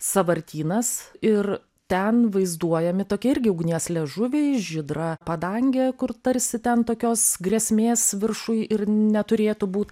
sąvartynas ir ten vaizduojami tokie irgi ugnies liežuviai žydra padangė kur tarsi ten tokios grėsmės viršuj ir neturėtų būt